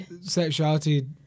Sexuality